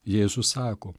jėzus sako